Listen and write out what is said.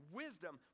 wisdom